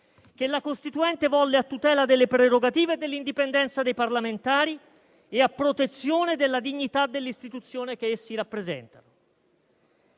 che la Costituente volle a tutela delle prerogative dell'indipendenza dei parlamentari e a protezione della dignità dell'istituzione che essi rappresentano.